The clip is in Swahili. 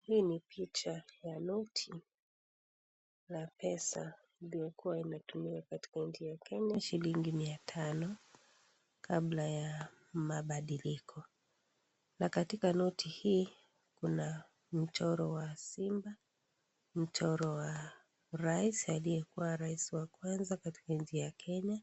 Hii ni picha ya noti la pesa lililokuwa linatumiwa katika nchi ya kenya shilingi mia tano, kabla ya mabadiliko. Na katika noti hii kuna mchoro wa simba, mchoro wa rais aliyekuwa rais wa kwanza katika nchi ya Kenya